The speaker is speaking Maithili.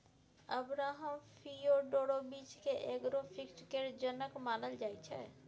अब्राहम फियोडोरोबिच केँ एग्रो फिजीक्स केर जनक मानल जाइ छै